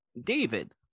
david